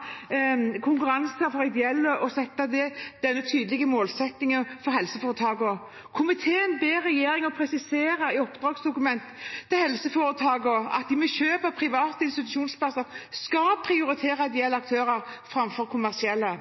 og sette tydelige mål for helseforetakene. Komiteen ber regjeringen presisere i oppdragsdokument til helseforetakene at de ved kjøp av private institusjonsplasser skal prioritere ideelle aktører framfor kommersielle.